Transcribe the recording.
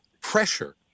pressure